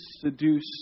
seduce